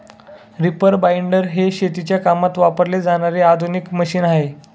reaper binder हे शेतीच्या कामात वापरले जाणारे आधुनिक मशीन आहे